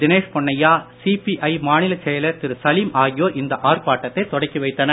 Dinesh Ponnaiah CPI மாநிலச் செயலர் திரு சலீம் ஆகியோர் இந்த ஆர்ப்பாட்டத்தை தொடக்கி வைத்தனர்